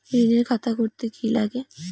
ঋণের খাতা করতে কি লাগে?